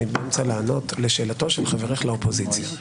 אני באמצע לענות לשאלתו של חברך לאופוזיציה.